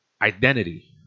identity